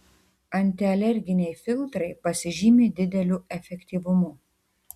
antialerginiai filtrai pasižymi dideliu efektyvumu